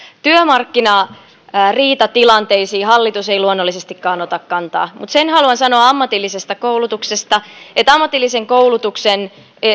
työmarkkinariitatilanteisiin hallitus ei luonnollisestikaan ota kantaa mutta sen haluan sanoa ammatillisesta koulutuksesta että ammatillisen koulutuksen